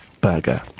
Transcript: burger